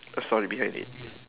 a story behind it